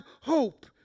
hope